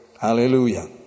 Hallelujah